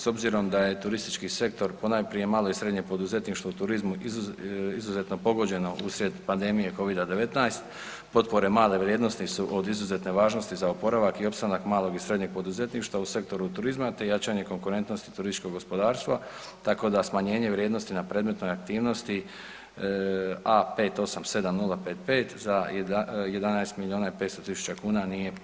S obzirom da je turistički sektor ponajprije malo i srednje poduzetništvo u turizmu izuzetno pogođeno usred pandemije Covid-19, potpore male vrijednosti su od izuzetne važnosti za oporavak i opstanak malog i srednjeg poduzetništva u sektoru turizma, te jačanje konkurentnosti turističkog gospodarstva, tako da smanjenje vrijednosti na predmetnoj aktivnosti A587055 za 11 milijuna i 500 tisuća kuna nije prihvatio.